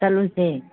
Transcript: ꯆꯠꯂꯨꯁꯦ